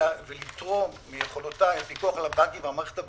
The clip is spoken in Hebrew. לתרום מיכולותיי לפיקוח על הבנקים והמערכת הבנקאית,